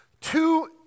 two